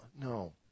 No